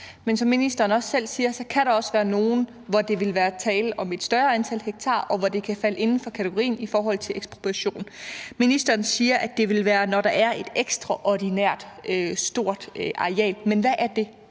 men som ministeren også selv siger, kan der også være nogle, hvor der vil være tale om et større antal hektar, og hvor det kan falde inden for kategorien ekspropriation. Ministeren siger, at det vil være, når der er et ekstraordinært stort areal, men hvad er det?